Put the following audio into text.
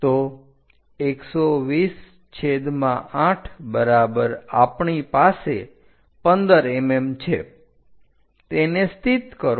તો 1208 બરાબર આપણી પાસે 15 mm છે તેને સ્થિત કરો